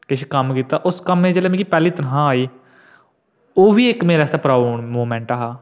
किश कम्म कीता उस कम्मै दी मी जेल्लै पैह्ली तनखा आई ओह्बी इक मेरे आस्तै प्राउड़ मूवमेंट हा